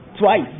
Twice